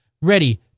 ready